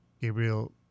Gabriel